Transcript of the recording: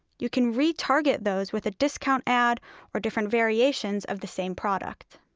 you can retarget those with a discount ad or different variations of the same product.